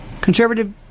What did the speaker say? conservative